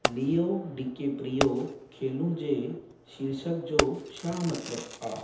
Leo DiCaprio खेल जे शीर्षक जो छा मतिलबु आहे